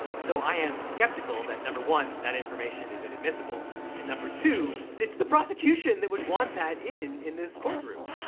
so i am skeptical that number one, that information is inadmissible and number two, its the prosecution that would want that in in this courtroom.